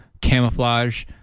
camouflage